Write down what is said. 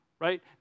right